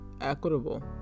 equitable